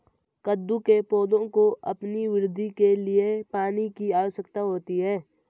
कद्दू के पौधों को अपनी वृद्धि के लिए पानी की आवश्यकता होती है